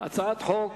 הצעת חוק